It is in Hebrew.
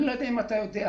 אני לא יודע אם אתה יודע,